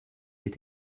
est